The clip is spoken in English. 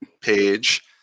page